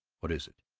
what is it?